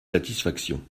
satisfaction